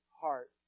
heart